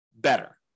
better